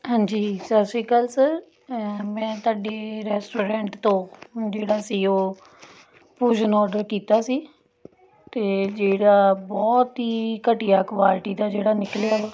ਹਾਂਜੀ ਸਤਿ ਸ਼੍ਰੀ ਅਕਾਲ ਸਰ ਮੈਂ ਤੁਹਾਡੇ ਰੈਸਟੋਰੈਂਟ ਤੋਂ ਜਿਹੜਾ ਸੀ ਉਹ ਭੋਜਨ ਔਡਰ ਕੀਤਾ ਸੀ ਅਤੇ ਜਿਹੜਾ ਬਹੁਤ ਹੀ ਘਟੀਆ ਕੁਆਲਿਟੀ ਦਾ ਜਿਹੜਾ ਨਿਕਲਿਆ